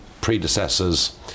predecessors